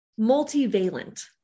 multivalent